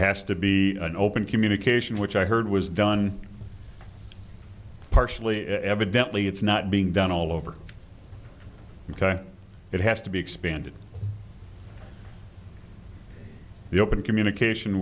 has to be an open communication which i heard was done partially and evidently it's not being done all over it has to be expanded the open communication